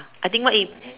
I think what if